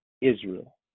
Israel